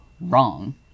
wrong